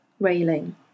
railing